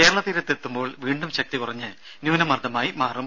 കേരളത്തിലെത്തുമ്പോൾ വീണ്ടും ശക്തി കുറഞ്ഞ് ന്യൂനമർദ്ദമായി മാറും